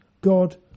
God